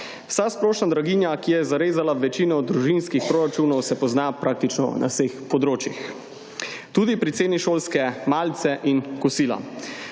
Vsa splošna draginja, ki je zarezala večino v družinskih proračunov se pozna praktično na vseh področjih. Tudi pri ceni šolske malice in kosila.